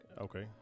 Okay